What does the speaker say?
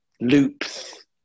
loops